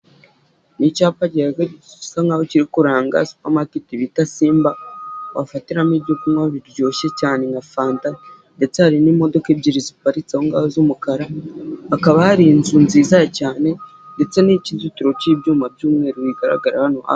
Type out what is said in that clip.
Ni icyapa gisa nkaho kiri kuranga supamaketi bita simba wafatiramo ibyo kunywa biryoshye cyane nka fanta, ndetse hari n'imodoka ebyiri ziparitse ahongaho z'umukara, hakaba hari inzu nziza cyane ndetse n'ikizitiro cy'ibyuma by'mweru bigaragara hano.